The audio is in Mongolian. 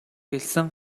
хэлсэн